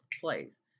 place